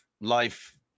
Life